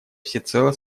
всецело